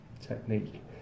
technique